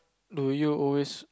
do you always